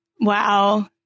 Wow